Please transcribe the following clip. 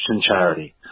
charity